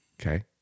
Okay